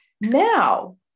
Now